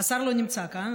השר לא נמצא כאן,